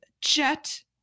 jet